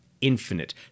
infinite